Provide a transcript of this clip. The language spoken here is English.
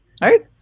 right